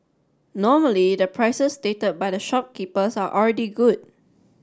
normally the prices stated by the shopkeepers are already good